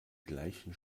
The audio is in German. gleichen